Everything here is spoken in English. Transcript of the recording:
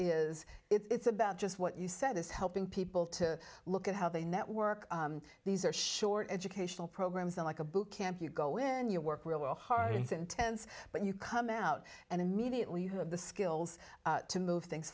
about is it's about just what you said is helping people to look at how they network these are short educational programs like a boot camp you go in you work real hard it's intense but you come out and immediately you have the skills to move things